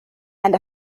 and